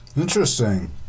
Interesting